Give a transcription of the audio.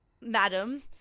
madam